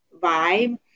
vibe